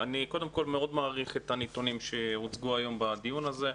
אני קודם כל מאוד מעריך את הנתונים שהוצגו היום בדיון הזה.